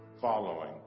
following